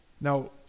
Now